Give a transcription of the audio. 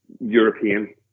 European